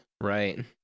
Right